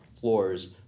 floors